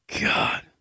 God